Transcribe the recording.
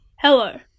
Hello